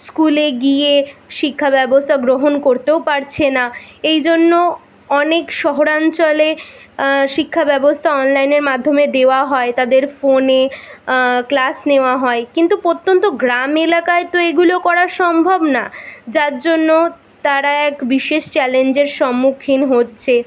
স্কুলে গিয়ে শিক্ষাব্যবস্থা গ্রহণ করতেও পারছে না এই জন্য অনেক শহরাঞ্চলে শিক্ষাব্যবস্থা অনলাইনের মাধ্যমে দেওয়া হয় তাদের ফোনে ক্লাস নেওয়া হয় কিন্তু প্রত্যন্ত গ্রাম এলাকায় তো এগুলো করা সম্ভব না যার জন্য তারা এক বিশেষ চ্যালেঞ্জের সম্মুখীন হচ্ছে